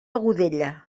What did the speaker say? godella